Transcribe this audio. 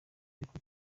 ariko